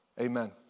amen